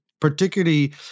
particularly